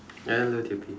hello dear b